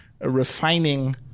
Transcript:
refining